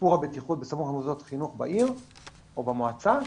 שיפור הבטיחות בסמוך למוסדות חינוך בעיר או במועצה,